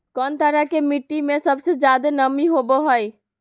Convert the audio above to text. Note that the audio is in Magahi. कौन तरह के मिट्टी में सबसे जादे नमी होबो हइ?